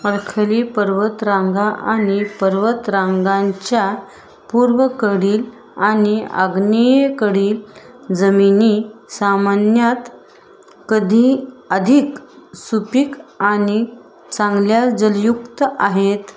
अरवली पर्वतरांगा आणि पर्वतराजीच्या पूर्वेकडील आणि आग्नेयेकडील जमिनी सामान्यतः कधी अधिक सुपीक आणि चांगल्या जलयुक्त आहेत